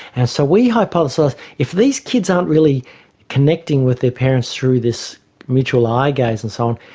and so we hypothesise if these kids aren't really connecting with their parents through this mutual eye gaze and so on,